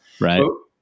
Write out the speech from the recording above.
Right